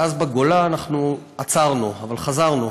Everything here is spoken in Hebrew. ואז בגולה אנחנו עצרנו, אבל חזרנו.